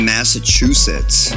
Massachusetts